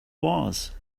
was